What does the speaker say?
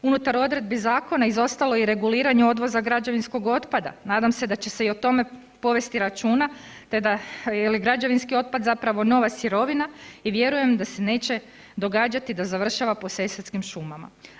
Unutar odredbi zakona izostalo je i reguliranje odvoza građevinskog otpada, nadam se da će se i o tome povesti računa, te da, jel je građevinski otpad zapravo nova sirovina i vjerujem da se neće događati da završava po sesvetskim šumama.